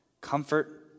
comfort